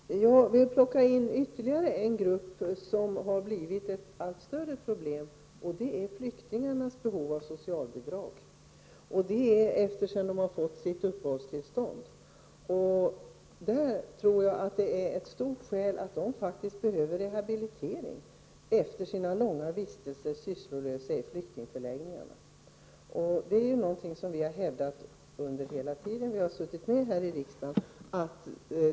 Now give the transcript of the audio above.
Herr talman! Jag ville plocka in ytterligare en fråga, som har blivit ett allt större problem, nämligen flyktingarnas behov av socialbidrag. Det gäller framför allt efter det att de har fått uppehållstillstånd. Ett viktigt skäl är att flyktingarna faktiskt behöver rehabilitering efter sina långa vistelser i sysslolöshet i flyktingförläggningarna. Det är något som vi i miljöpartiet har hävdat hela den tid vi har suttit i riksdagen.